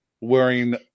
wearing